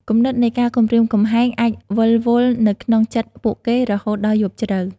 គំនិតនៃការគំរាមកំហែងអាចវិលវល់នៅក្នុងចិត្តពួកគេរហូតដល់យប់ជ្រៅ។